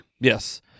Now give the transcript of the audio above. Yes